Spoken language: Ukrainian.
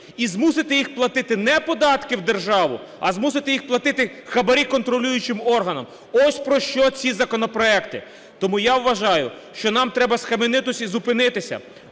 і змусити їх платити не податки в державу, а змусити їх платити хабарі контролюючим органам. Ось про що ці законопроекти. Тому я вважаю, що нам треба схаменутися і зупинитися.